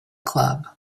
club